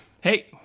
hey